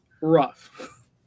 rough